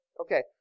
Okay